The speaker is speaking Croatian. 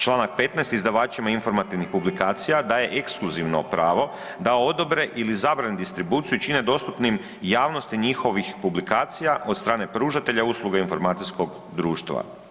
Čl. 15. izdavačima informativnih publikacija daje ekskluzivno pravo da odobre ili zabrane distribuciju i čine dostupnim javnosti njihovih publikacija od strane pružatelja usluga i informacijskog društva.